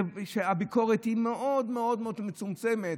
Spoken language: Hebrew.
הביקורת היא מאוד מאוד מצומצמת,